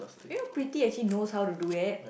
you know pretty actually knows how to do that